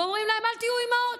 ואומרים להן: אל תהיו אימהות.